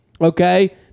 okay